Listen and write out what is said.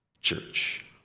church